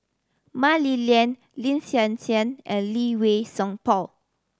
Mah Li Lian Lin Hsin Hsin and Lee Wei Song Paul